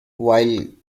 while